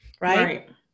right